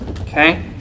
Okay